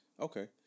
Okay